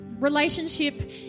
Relationship